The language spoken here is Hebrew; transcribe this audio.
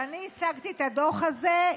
ואני השגתי את הדוח הזה.